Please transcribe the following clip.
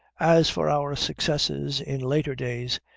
as for our successes in later days,